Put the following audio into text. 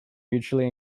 mutually